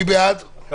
מי הבא בתור?